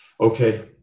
Okay